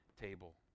table